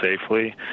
safely